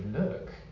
look